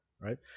right